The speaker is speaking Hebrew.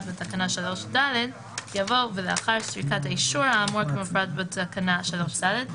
בתקנה 3(ד)" יבוא "ולאחר סריקת האישור האמור כמפורט בתקנה 3(ד)".